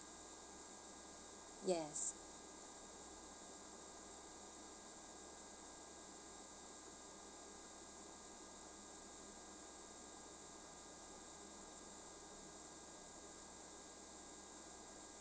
yes